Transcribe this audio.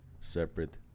separate